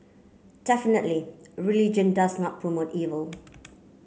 definitely religion does not promote evil